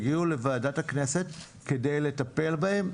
יגיעו לוועדת הכנסת כדי לטפל בהם,